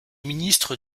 ministre